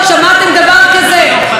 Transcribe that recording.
לקטור נבחר על ידי הקרן.